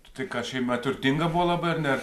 tai ką šeima turtinga buvo labai ar ne